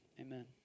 amen